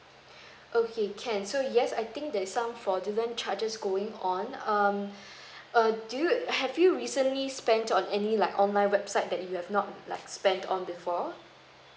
okay can so yes I think there's some fraudulent charges going on um uh do you have you recently spend on any like online website that you have not like spend on before